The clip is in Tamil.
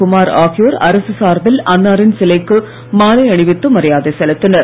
குமார் ஆகியோர் அரசு சார்பில் அன்னாரின் சிலைக்கு மாலை அணிவித்து மரியாதை செலுத்தினர்